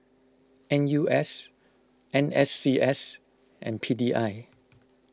N U S N S C S and P D I